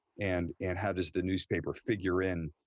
and and how does the newspaper figure in?